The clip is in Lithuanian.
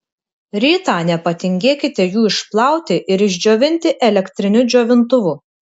rytą nepatingėkite jų išplauti ir išdžiovinti elektriniu džiovintuvu